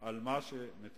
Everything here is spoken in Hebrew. על מה שמתרחש.